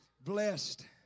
blessed